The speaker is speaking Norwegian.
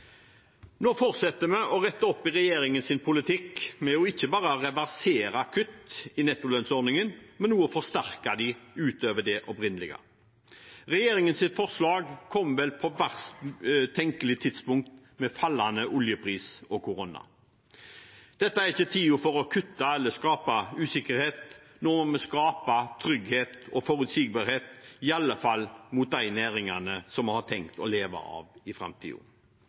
Nå fortsetter vi å rette opp i regjeringens politikk med ikke bare å reversere kutt i nettolønnsordningen, men også å forsterke dem utover det opprinnelige. Regjeringens forslag kom vel på verst tenkelig tidspunkt, med fallende oljepris og korona. Dette er ikke tiden for å kutte eller å skape usikkerhet. Nå må vi skape trygghet og forutsigbarhet, iallfall for de næringene som vi har tenkt å leve av i framtiden.